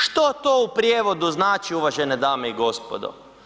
Što to u prijevodu znači, uvažene dame i gospodo?